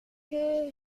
que